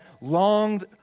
longed